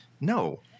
no